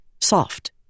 soft